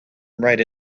write